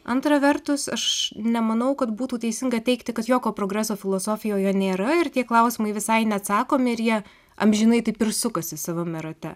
antra vertus aš nemanau kad būtų teisinga teigti kad jokio progreso filosofijoje nėra ir tie klausimai visai neatsakomi ir jie amžinai taip ir sukasi savame rate